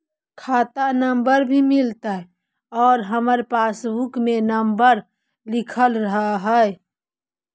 खाता नंबर भी मिलतै आउ हमरा पासबुक में नंबर लिखल रह है?